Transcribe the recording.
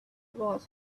was